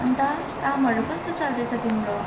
अनि त कामहरू कस्तो चल्दैछ तिम्रो